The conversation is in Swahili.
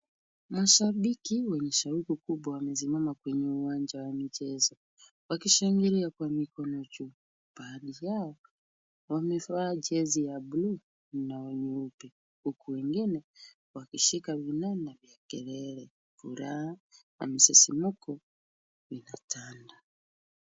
Mashabiki wenye shauku kubwa wamesimama kwenye uwanja wa mchezo, wakishangilia kwa mikono juu. Baadhi yao wamevaa jezi ya bluu na nyeupe huku wengine wakishika vinama kelele furaha na msisimko vinatanda.